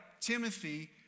Timothy